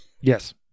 yes